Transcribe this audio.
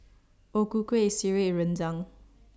O Ku Kueh Sireh and Rendang